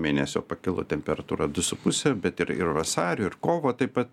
mėnesio pakilo temperatūra du su puse bet ir ir vasario ir kovo taip pat